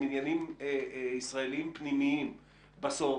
הם עניינים ישראליים פנימיים בסוף,